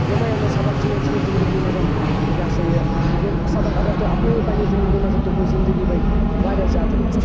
یِمٕے یِمٕے سَبَق چھِ مےٚ ہیٚچھمٕتۍ زِنٛدگی منٛز یہِ ہسا یہِ یِم سَبَق اَگَر تُہۍ اَپنٲیو پَنٕنہِ زِنٛدگی منٛز تُہٕنٛز زِنٛدگی بَنہِ وارِیاہ زیادٕ رٕژ